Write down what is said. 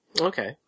Okay